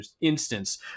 instance